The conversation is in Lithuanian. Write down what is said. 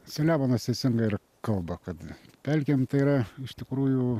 seliamonas teisingai ir kalba kad pelkė tai yra iš tikrųjų